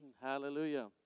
Hallelujah